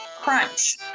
Crunch